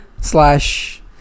slash